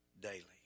daily